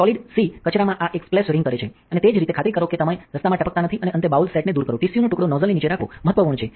solid સી કચરામાં આ એક સ્પ્લેશ રિંગકરે છે અને તે જ રીતે ખાતરી કરો કે તમે રસ્તામાં ટપકતા નથી અને અંતે બાઉલ સેટને દૂર કરો ટીશ્યુનો ટુકડો નોઝલની નીચે રાખવો મહત્વપૂર્ણ છે